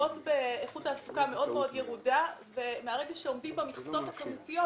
שנותרות באיכות תעסוקה מאוד מאוד ירודה ומהרגע שעומדים במכסות הכמותיות,